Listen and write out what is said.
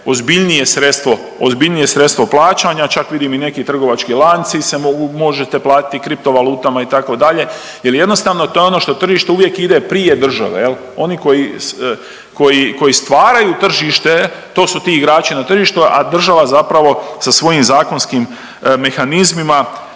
ozbiljnije sredstvo plaćanja čak vidim i neki trgovački lanci se mogu, možete platiti kripto valutama itd. jer jednostavno to je ono što tržište uvijek ide prije države. Oni koji, koji, koji stvaraju tržište to su ti igrači na tržištu, a država zapravo sa svojim zakonskim mehanizmima